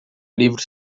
livro